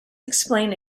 explain